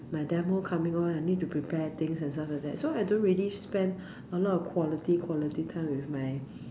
my demo coming on I need to prepare things and stuff like that so I don't really spend a lot of quality quality time with my